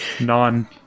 Non-